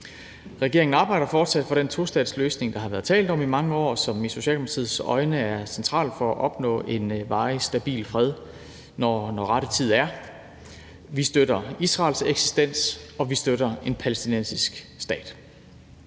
Regeringen arbejder fortsat for den tostatsløsning, der har været talt om i mange år, og som i Socialdemokratiets øjne er centralt for at opnå en varig og stabil fred, når rette tid er. Vi støtter Israels eksistens, og vi støtter en palæstinensisk stat.